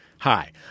Hi